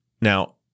Now